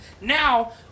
Now